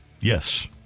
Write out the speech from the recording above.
Yes